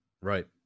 right